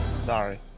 Sorry